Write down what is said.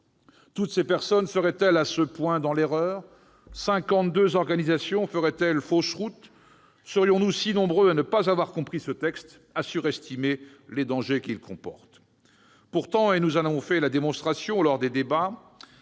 Toutes ces personnes seraient-elles à ce point dans l'erreur ? Cinquante-deux organisations feraient-elles fausse route ? Sommes-nous si nombreux à ne pas avoir compris ce texte et à surestimer les dangers qu'il comporte ? Pourtant, ainsi que nous en avons fait la démonstration lors des débats,